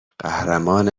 قهرمان